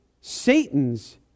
Satan's